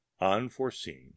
unforeseen